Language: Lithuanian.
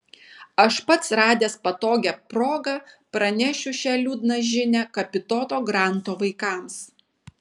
aš pats radęs patogią progą pranešiu šią liūdną žinią kapitono granto vaikams